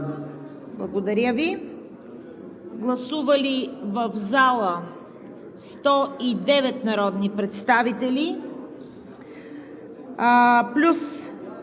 Благодаря Ви. Гласували в залата 109 народни представители плюс